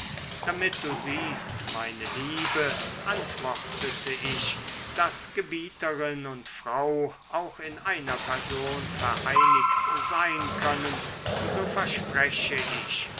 damit du siehst meine liebe antwortete ich daß gebieterin und frau auch in einer person vereinigt sein können so verspreche ich